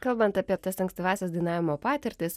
kalbant apie tas ankstyvąsias dainavimo patirtis